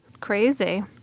Crazy